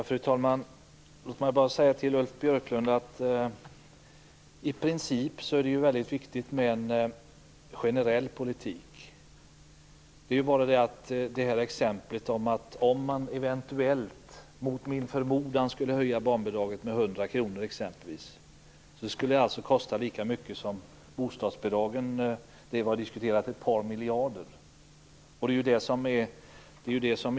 Fru talman! Låt mig bara säga till Ulf Björklund att det i princip är väldigt viktigt med en generell politik. Det är bara det att om man eventuellt, mot min förmodan, exempelvis skulle höja barnbidraget med 100 kr skulle det kosta lika mycket som har diskuterats i samband med bostadsbidragen, dvs. ett par miljarder.